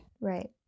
right